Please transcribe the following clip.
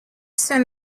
sent